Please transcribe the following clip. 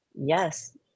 Yes